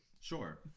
sure